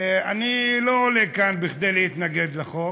אני לא עולה לכאן כדי להתנגד לחוק,